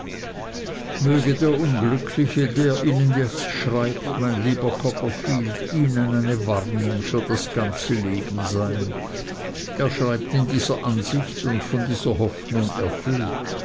möge der unglückliche der ihnen jetzt schreibt mein lieber copperfield ihnen eine warnung für das ganze leben sein er schreibt in dieser absicht und von dieser hoffnung erfüllt